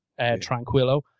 tranquilo